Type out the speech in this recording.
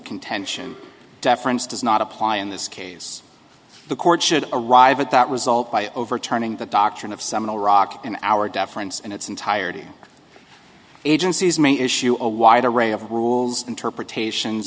contention deference does not apply in this case the court should arrive at that result by overturning the doctrine of seminal rock and our deference and its entirety agencies may issue a wide array of rules interpretations